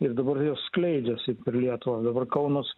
ir dabar jos skleidžiasi per lietuvą dabar kaunas